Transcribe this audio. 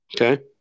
Okay